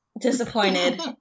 disappointed